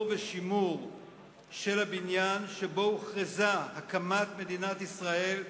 ושימור של הבניין שבו הוכרזה הקמת מדינת ישראל בה'